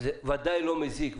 זה ודאי מזיק,